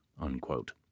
unquote